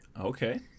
Okay